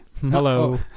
Hello